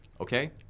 Okay